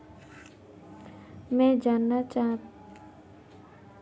मैं जानना चाहूंगा की अलग अलग बैंक के ऋण चुकाने के अलग अलग क्या तरीके होते हैं?